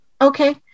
Okay